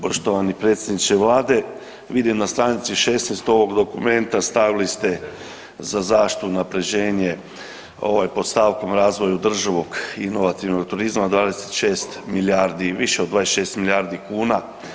Poštovani predsjedniče Vlade, vidim na stranici 16 ovog dokumenta, stavili ste za zaštitu, unaprjeđenje, ovaj pod stavkom „Razvoju državnog inovativnog turizma“, 26 milijardi, više od 26 milijardi kuna.